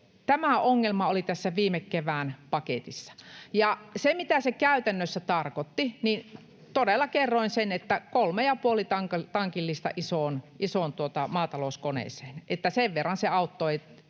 tämä ongelma oli tässä viime kevään paketissa. Mitä se käytännössä tarkoitti, niin todella kerroin sen: kolme ja puoli tankillista isoon maatalouskoneeseen, sen verran se auttoi.